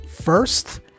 first